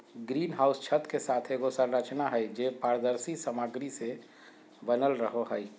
green house छत के साथ एगो संरचना हइ, जे पारदर्शी सामग्री से बनल रहो हइ